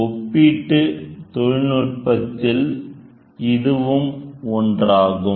ஒப்பீட்டு தொழில்நுட்பத்தில் இதுவும் ஒன்றாகும்